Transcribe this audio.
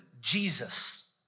Jesus